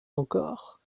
encore